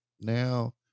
now